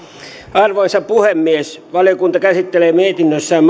arvoisa puhemies valiokunta käsittelee mietinnössään